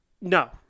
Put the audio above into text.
no